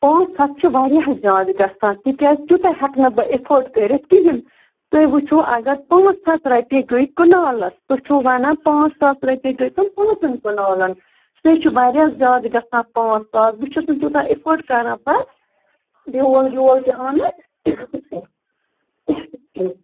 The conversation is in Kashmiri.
پانٛژھ ہَتھ چھِ واریاہ زیادٕ گژھان تِکیٛازِ تیوٗتاہ ہٮ۪کہٕ نہٕ بہٕ اِیفٲرڈ کٔرِتھ کِہیٖنٛۍ تُہۍ وُچھِو اگر پانٛژھ ہَتھ رۄپیہِ گٔے کنالَس تُہۍ چھُو وَنان پانٛژھ ساس رۄپیہِ گٔے تِم پانٛژَن کنالَن سُے چھُ واریاہ زیادٕ گژھان پانٛژھ ساس بہٕ چھُس نہٕ تیٛوٗتاہ اِیفٲرڈ کَران پَتہٕ بیٛوٚل ویول تہِ اَنُن